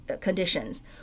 conditions